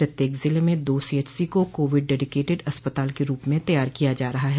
प्रत्येक जिले में दो सीएचसी को कोविड डेडिकेटेड अस्पताल के रूप में तैयार किया जा रहा है